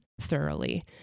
thoroughly